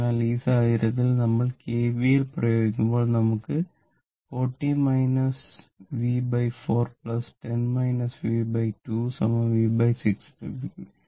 അതിനാൽ ഈ സാഹചര്യത്തിൽ നമ്മൾ കെവിഎൽ പ്രയോഗിക്കുമ്പോൾ നമുക്ക് 4 2 v6 ലഭിക്കും